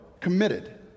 committed